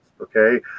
Okay